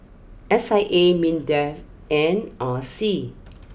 S I A Mindef and R C